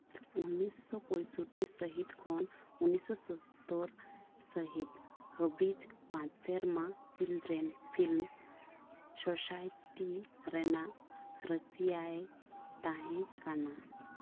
ᱩᱱᱤᱥᱚ ᱯᱚᱭᱥᱚᱴᱤ ᱥᱟᱹᱦᱤᱛ ᱠᱷᱚᱱ ᱩᱱᱤᱥᱚ ᱥᱚᱛᱛᱚᱨ ᱥᱟᱹᱦᱤᱛ ᱦᱟᱹᱵᱤᱡ ᱯᱟᱸᱪ ᱥᱮᱨᱢᱟ ᱪᱤᱞᱰᱨᱮᱱ ᱯᱷᱤᱞᱢ ᱥᱳᱥᱟᱭᱴᱤ ᱨᱮᱱᱟᱜ ᱨᱟᱹᱥᱤᱭᱟᱭ ᱛᱟᱦᱮᱸ ᱠᱟᱱᱟ